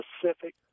Pacific